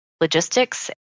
logistics